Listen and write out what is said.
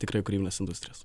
tikrai kūrybinės indsutrijos